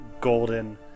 golden